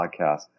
podcast